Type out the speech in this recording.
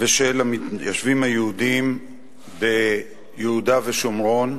ושל המתיישבים היהודים ביהודה ושומרון,